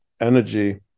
energy